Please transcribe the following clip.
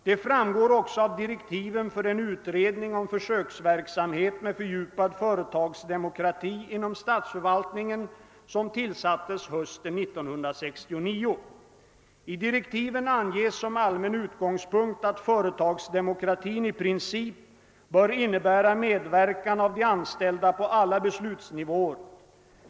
Det framgår också av direktiven för den utredning om försöksverksamhet med fördjupad företagsdemokrati inom statsförvaltningen som tillsattes hösten 1969. I direktiven anges som allmän utgångspunkt att företagsdemokratin i princip bör innebära medverkan av de anställda på alla beslutsnivåer.